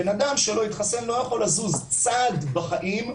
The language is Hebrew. בנאדם שלא התחסן לא יכול לחזור צעד בחיים,